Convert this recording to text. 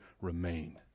remain